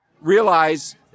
realize